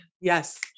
Yes